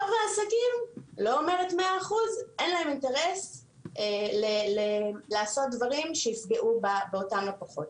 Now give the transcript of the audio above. לרוב העסקים אין אינטרס לעשות דברים שיפגעו באותם לקוחות.